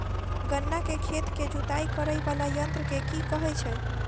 गन्ना केँ खेत केँ जुताई करै वला यंत्र केँ की कहय छै?